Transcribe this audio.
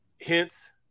Hence